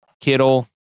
kittle